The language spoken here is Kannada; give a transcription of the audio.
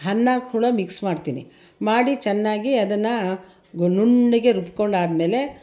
ಅನ್ನ ಕೂಡ ಮಿಕ್ಸ್ ಮಾಡ್ತೀನಿ ಮಾಡಿ ಚೆನ್ನಾಗಿ ಅದನ್ನು ನುಣ್ಣಗೆ ರುಬ್ಕೊಂಡಾದ್ಮೇಲೆ